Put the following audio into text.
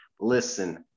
Listen